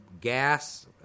gas